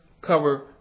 cover